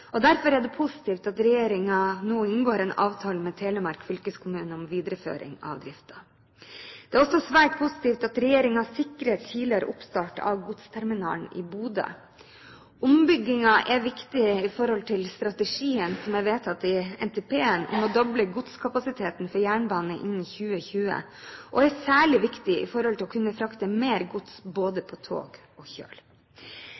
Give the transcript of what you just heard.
komiteen. Derfor er det positivt at regjeringen nå inngår en avtale med Telemark fylkeskommune om videreføring av driften. Det er også svært positivt at regjeringen sikrer tidligere oppstart av godsterminalen i Bodø. Ombyggingen er viktig med tanke på strategien som er vedtatt i NTP om å doble godskapasiteten for jernbane innen 2020, og er særlig viktig for å kunne frakte mer gods